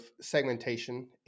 segmentation